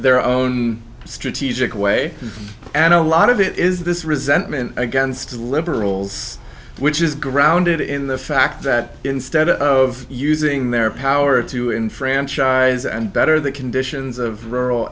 their own strategic way and a lot of it is this resentment against liberals which is grounded in the fact that instead of using their power to enfranchise and better the conditions of rural